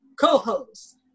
co-host